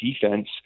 defense